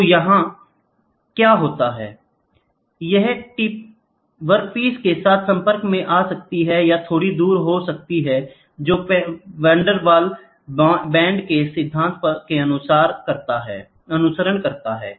तो यहाँ क्या होता है यह टिप वर्कपीस के साथ संपर्क में आ सकती है या थोड़ी दूर हो सकता है जो वैन डेर वाल्स बांड के सिद्धांत का अनुसरण करता है